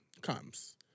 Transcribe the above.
comes